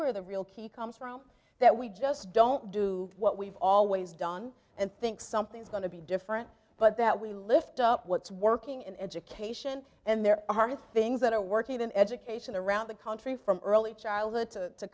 where the real key comes from that we just don't do what we've always done and think something's going to be different but that we lift up what's working in education and there are things that are working in education around the country from early childhood to